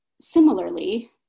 similarly